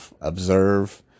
observe